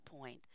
point